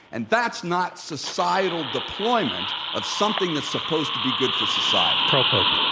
and that's not societal deployment of something that's supposed to be good for society. carl pope.